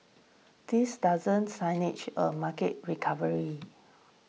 this doesn't signage a market recovery